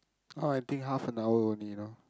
now I think half an hour only you know